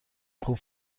خوب